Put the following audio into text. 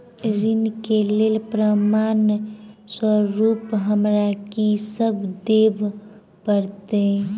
ऋण केँ लेल प्रमाण स्वरूप हमरा की सब देब पड़तय?